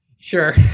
Sure